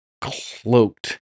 cloaked